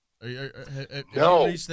No